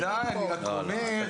בוודאי, בוודאי.